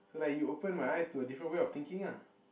so like you open my eyes to a different way of thinking ah